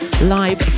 live